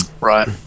right